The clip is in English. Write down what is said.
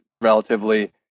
relatively